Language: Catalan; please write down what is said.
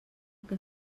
que